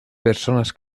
personas